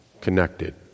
connected